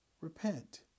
repent